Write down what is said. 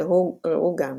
ראו גם